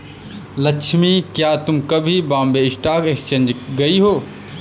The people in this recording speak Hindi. लक्ष्मी, क्या तुम कभी बॉम्बे स्टॉक एक्सचेंज गई हो?